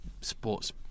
sports